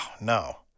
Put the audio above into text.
no